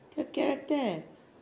அத்தை:athai kera அத்தை:athai